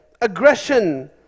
aggression